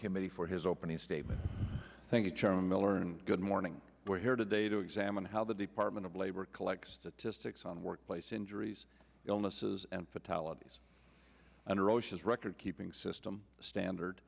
committee for his opening statement thank you charlie miller and good morning we're here today to examine how the department of labor collect statistics on workplace injuries illnesses and fatalities and roche's record keeping system standard